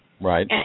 Right